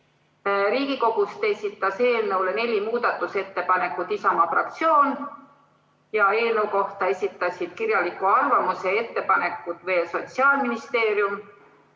Riigikogust esitas eelnõu kohta neli muudatusettepanekut Isamaa fraktsioon ja eelnõu kohta esitasid kirjaliku arvamuse ja ettepanekud veel Sotsiaalministeerium,